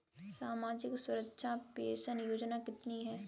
सामाजिक सुरक्षा पेंशन योजना कितनी हैं?